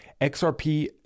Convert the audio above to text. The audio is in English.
XRP